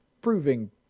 proving